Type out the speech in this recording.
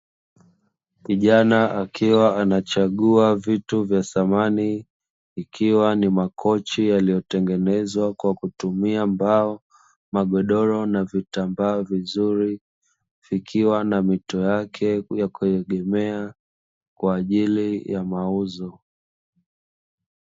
Kijana akiwa anachagua vitu vya samani, ikiwa ni makochi yaliyotengenezwa kwa kutumia mbao, magodoro, na vitambaa vizuri vikiwa na mito yake ya kuegemea kwa ajili ya mauzo.